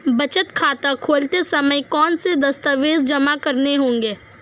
बचत खाता खोलते समय कौनसे दस्तावेज़ जमा करने होंगे?